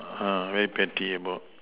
uh very petty about